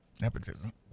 nepotism